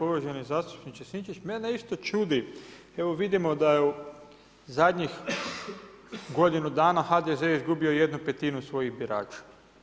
Uvaženi zastupniče Sinčić, mene isto čudi, evo vidimo da u zadnjih godinu dana HDZ je izgubio 1/5 svojih birača.